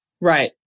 Right